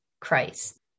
Christ